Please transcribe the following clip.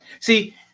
See